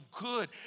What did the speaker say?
good